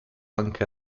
anche